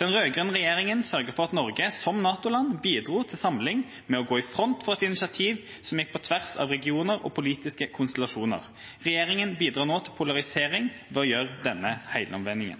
Den rød-grønne regjeringa sørget for at Norge som NATO-land bidro til samling, ved å gå i front for et initiativ som gikk på tvers av regioner og politiske konstellasjoner. Regjeringa bidrar nå til polarisering ved å gjøre denne